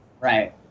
Right